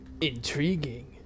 Intriguing